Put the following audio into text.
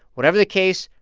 whatever the case,